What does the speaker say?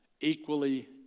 equally